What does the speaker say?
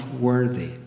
worthy